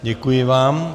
Děkuji vám.